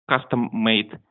custom-made